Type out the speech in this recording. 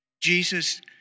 Jesus